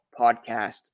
podcast